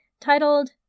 titled